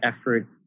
effort